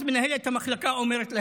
אז מנהלת המחלקה אומרת להם: